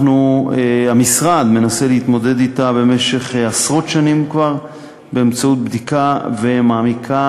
המשרד מנסה להתמודד אתה כבר עשרות שנים באמצעות בדיקה מעמיקה